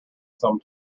some